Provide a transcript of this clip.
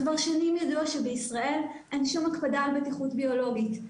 כבר שנים ידוע שבישראל אין שום הקפדה על בטיחות ביולוגית.